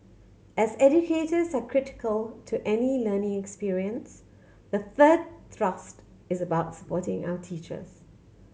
as educators are critical to any learning experience the third thrust is about supporting our teachers